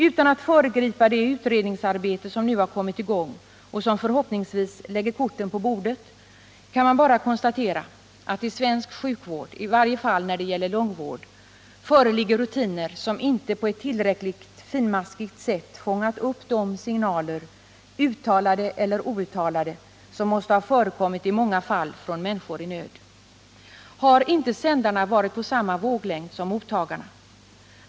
Utan att föregripa det utredningsarbete som nu har kommit i gång och som förhoppningsvis lägger korten på bordet kan man bara konstatera att i svensk sjukvård, i varje fall när det gäller långvården, föreligger det rutiner som inte på ett tillräckligt finmaskigt sätt fångat upp de signaler, uttalade eller outtalade, som måste ha förekommit i många fall från människor i nöd. Har inte sändarna varit på samma våglängd som mottagarna?